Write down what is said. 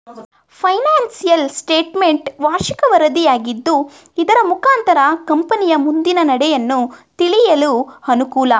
financial statement ವಾರ್ಷಿಕ ವರದಿಯಾಗಿದ್ದು ಇದರ ಮುಖಾಂತರ ಕಂಪನಿಯ ಮುಂದಿನ ನಡೆಯನ್ನು ತಿಳಿಯಲು ಅನುಕೂಲ